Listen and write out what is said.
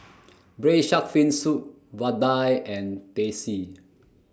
Braised Shark Fin Soup Vadai and Teh C